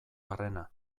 barrena